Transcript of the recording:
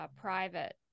private